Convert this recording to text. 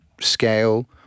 scale